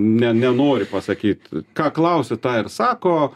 ne nenori pasakyt ką klausi tą ir sako